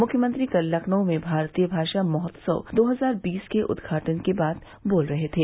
मुख्यमंत्री कल लखनऊ में भारतीय भाषा महोत्सव दो हजार बीस के उद्घाटन के बाद बोल रहे थे